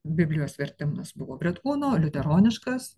biblijos vertimas buvo bretkūno liuteroniškas